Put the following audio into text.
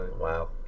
Wow